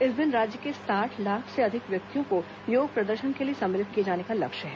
इस दिन राज्य के साठ लाख से अधिक व्यक्तियों को योग प्रदर्शन के लिए सम्मिलित किए जाने का लक्ष्य है